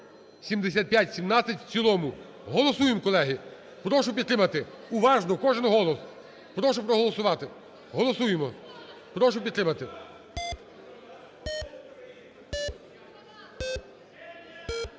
7517 в цілому. Голосуємо, колеги. Прошу підтримати уважно кожне голос. Прошу проголосувати. Голосуємо. Прошу підтримати.